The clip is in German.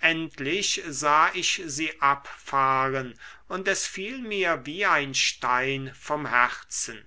endlich sah ich sie abfahren und es fiel mir wie ein stein vom herzen